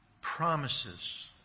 promises